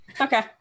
Okay